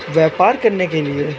व्यापार करने के लिए